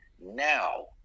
now